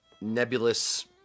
nebulous